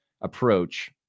approach